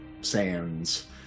sands